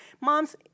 Moms